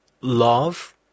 love